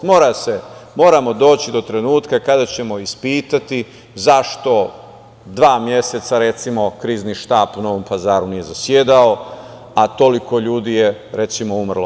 Moramo doći do trenutka kada ćemo ispitati zašto dva meseca, recimo krizni štab u Novom Pazaru nije zasedao, a toliko ljudi je, recimo, umrlo.